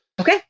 Okay